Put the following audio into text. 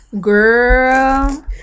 girl